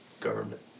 government